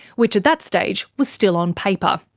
which at that stage was still on paper.